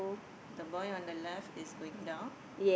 the boy on the left is going down